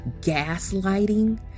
gaslighting